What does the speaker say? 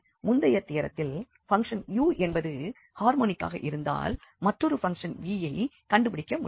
முந்தைய தியெரெத்திலே function u என்பது ஹார்மோனிக்காக இருந்தால் மற்றொரு பங்க்ஷன் v யை கண்டுபிடிக்க முடியும்